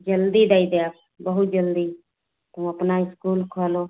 जल्दी दई देव बहुत जल्दी तुम अपना स्कूल खोलो